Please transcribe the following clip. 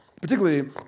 Particularly